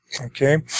okay